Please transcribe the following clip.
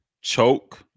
Choke